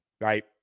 right